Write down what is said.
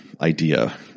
idea